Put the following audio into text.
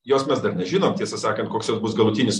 jos mes dar nežinom tiesą sakant koks jos bus galutinis